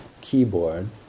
keyboard